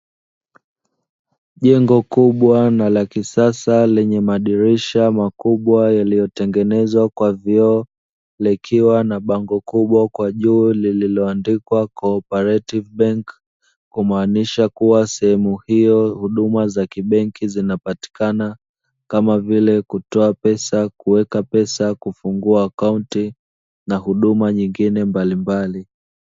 Jengo kubwa na la kisasa lenye madirisha makubwa yaliyotengenezwa kwa vioo, likiwa na bango kubwa kwa juu lililoandikwa: "CO-OPERATIVE BANK." Kumaanisha kuwa sehemu hiyo huduma za kibenki zinapatikana, kama vile; kutoa pesa, kuweka pesa, kufungua akaunti na huduma nyingine mbalimbali.